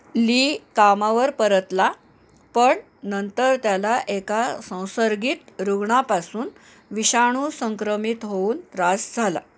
ली कामावर परतला पण नंतर त्याला एका संसर्गित रुग्णापासून विषाणू संक्रमित होऊन त्रास झाला